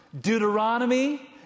Deuteronomy